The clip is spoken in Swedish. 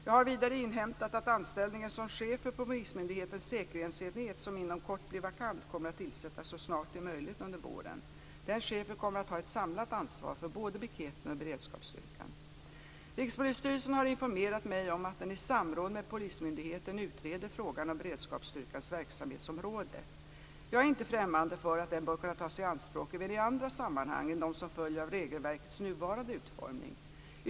Jag har vidare inhämtat att anställningen som chef för polismyndighetens säkerhetsenhet, som inom kort blir vakant, kommer att tillsättas så snart det är möjligt under våren. Den chefen kommer att ha ett samlat ansvar för både piketen och beredskapsstyrkan. Rikspolisstyrelsen har informerat mig om att den i samråd med polismyndigheten utreder frågan om beredskapsstyrkans verksamhetsområde. Jag är inte främmande för att den bör kunna tas i anspråk även i andra sammanhang än de som följer av regelverkets nuvarande utformning.